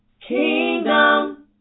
Kingdom